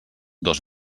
dos